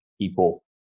people